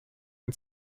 ein